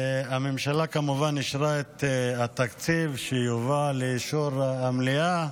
הממשלה כמובן אישרה את התקציב שיובא לאישור המליאה.